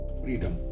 freedom